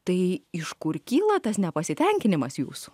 tai iš kur kyla tas nepasitenkinimas jūsų